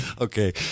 Okay